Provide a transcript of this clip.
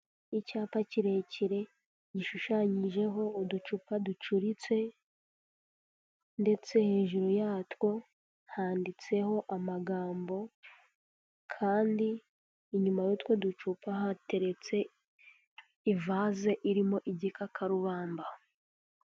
Icyapa kirekire gishushanyijeho uducupa ducuritse ndetse hejuru yatwo handitseho amagambo kandi inyuma y'utwo ducupa hateretse ivaze irimo igikakarubamba.